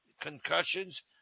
concussions